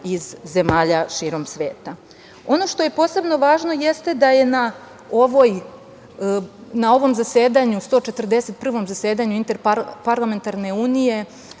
iz zemalja širom sveta. Ono što je posebno važno jeste da je na ovom zasedanju, 141 zasedanju Interparlamentarne unije